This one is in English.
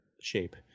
shape